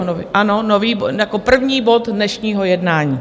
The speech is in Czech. Ano, jako nový bod, jako první bod dnešního jednání.